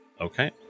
Okay